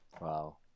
Wow